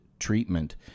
treatment